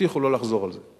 הבטיחו לא לחזור על זה.